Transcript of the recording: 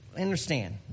understand